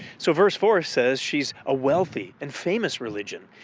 so, verse four says she's a wealthy and famous religion,